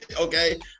okay